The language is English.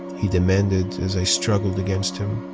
he demanded as i struggled against him.